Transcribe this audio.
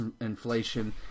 inflation